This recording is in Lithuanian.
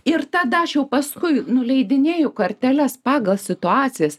ir tada aš jau paskui nuleidinėju karteles pagal situacijas